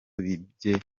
bibye